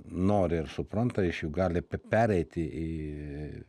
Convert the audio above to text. nori ir supranta iš jų gali pereiti į